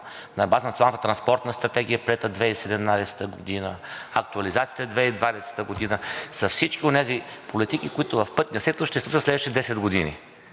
на база на Националната транспортна стратегия, приета 2017 г., актуализацията е 2020 г., с всички онези политики, които в пътния сектор ще са за следващите 10 години.